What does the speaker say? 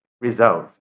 results